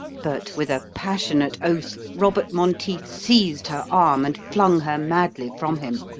but with a passionate oath, robert monteith seized her arm and flung her madly from him.